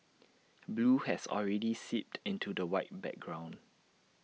blue has already seeped into the white background